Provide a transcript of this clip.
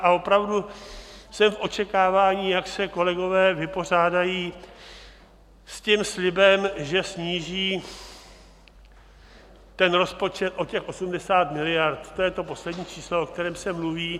A opravdu jsem v očekávání, jak se kolegové vypořádají s tím slibem, že sníží rozpočet o 80 miliard to je to poslední číslo, o kterém se mluví.